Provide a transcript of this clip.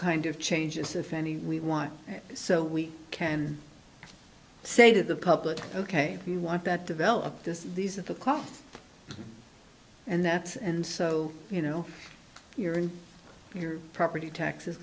kind of changes if any we want so we can say to the public ok we want that develop this these at the cost and that's and so you know you're in your property taxes